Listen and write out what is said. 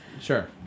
sure